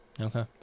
okay